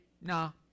no